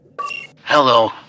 Hello